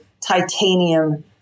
titanium